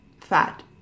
fat